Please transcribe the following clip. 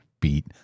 beat